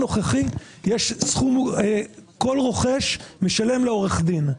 במצב הנוכחי כל רוכש משלם לעורך דין,